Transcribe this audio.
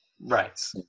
Right